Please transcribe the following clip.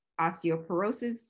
osteoporosis